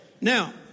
Now